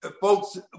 Folks